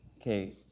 Okay